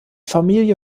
familie